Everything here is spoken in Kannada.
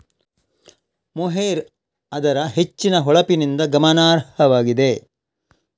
ಮೊಹೇರ್ ಅದರ ಹೆಚ್ಚಿನ ಹೊಳಪಿನಿಂದ ಗಮನಾರ್ಹವಾಗಿದೆ